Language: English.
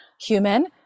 human